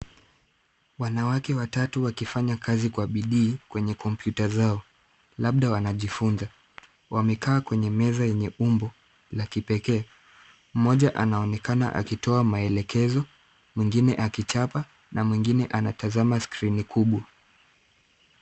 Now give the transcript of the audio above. Wanawake watatu wakifanya kazi kwa bidii kwenye kompyuta zao labda wanajifunza. wamekaa kwenye meza yenye umbo la kipekee, mmoja anaonekana akitoa maelekezo, mwingine akichapa na mwingine anatazama skrini kubwa.